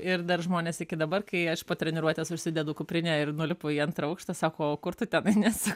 ir dar žmonės iki dabar kai aš po treniruotės užsidedu kuprinę ir nulipu į antrą aukštą sako o kur tu ten nes